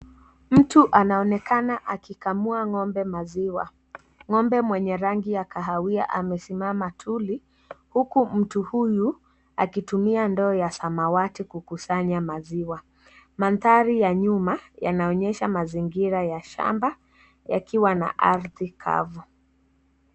Mtu anaonekana akikamua ngombe maziwa, ngombe mwenye rangi ya kahawia amesimama tuli huku mtu huyu akitumia ndoo ya samawati kukusanya maziwa. Mandhari ya nyuma yanaonyesha mazingira ya shamba yakiwa na ardhi kavu.